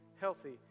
healthy